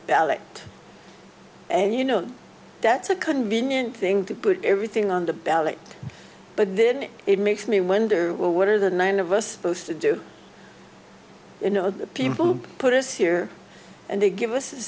ballot and you know that's a convenient thing to put everything on the ballot but then it makes me wonder well what are the nine of us to do you know the people who put us here and they give us